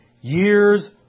years